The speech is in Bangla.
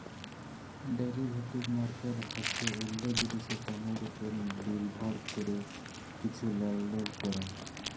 ডেরিভেটিভ মার্কেট হছে অল্য জিলিসের দামের উপর লির্ভর ক্যরে কিছু লেলদেল ক্যরা